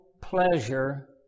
pleasure